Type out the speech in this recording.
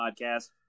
podcast